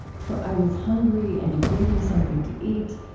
for i was hungry and you gave me something to eat.